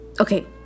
okay